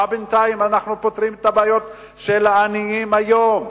איך בינתיים אנחנו פותרים את הבעיות של העניים היום?